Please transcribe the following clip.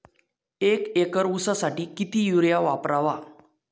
एक एकर ऊसासाठी किती युरिया वापरावा?